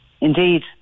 Indeed